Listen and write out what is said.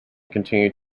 continued